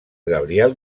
gabriel